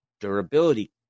durability